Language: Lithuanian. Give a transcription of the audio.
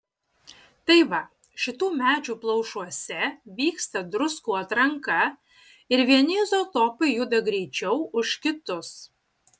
tai va šitų medžių plaušuose vyksta druskų atranka ir vieni izotopai juda greičiau už kitus